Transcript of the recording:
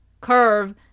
curve